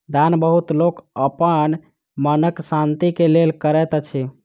दान बहुत लोक अपन मनक शान्ति के लेल करैत अछि